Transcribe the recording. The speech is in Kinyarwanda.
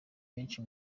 benshi